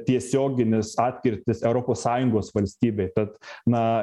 tiesioginis atkirtis europos sąjungos valstybei tad na